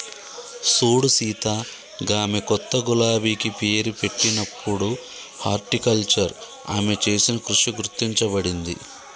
సూడు సీత గామె కొత్త గులాబికి పేరు పెట్టినప్పుడు హార్టికల్చర్ ఆమె చేసిన కృషి గుర్తించబడింది